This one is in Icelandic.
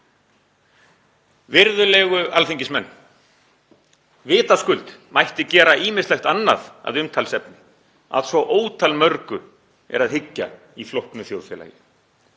Virðulegu alþingismenn: Vitaskuld mætti gera ýmislegt annað að umtalsefni. Að svo ótalmörgu er að hyggja í flóknu þjóðfélagi.